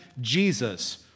Jesus